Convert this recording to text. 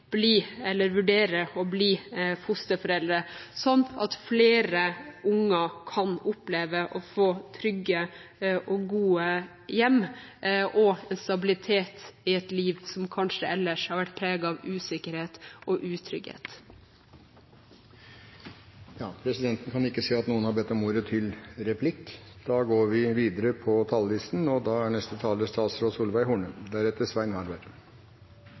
bli eller vurdere å bli fosterforeldre, slik at flere unger kan oppleve å få trygge og gode hjem og stabilitet i et liv som kanskje ellers har vært preget av usikkerhet og utrygghet. Jeg har først og fremst lyst til å takke komiteen for det gode arbeidet som er gjort. Innstillingen viser at det er bred enighet om hovedlinjene på dette feltet. I tillegg har en enstemmig komité kommet med flere konkrete forslag til